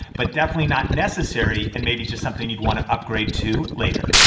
but definitely not necessary and maybe just something you'd wanna upgrade to later.